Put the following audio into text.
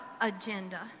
agenda